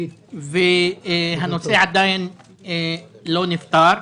הנושא עדיין לא נפתר.